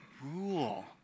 rule